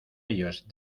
ellos